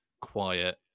quiet